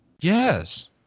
Yes